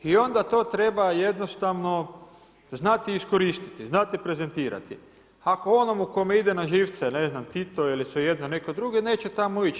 I onda to treba jednostavno znati iskoristiti, znati prezentirati, ako onomu komu ide na živce, ne znam Tito ili svejedno netko drugi, neće tamo ići.